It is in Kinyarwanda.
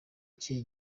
ikihe